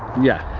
yeah.